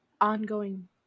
ongoing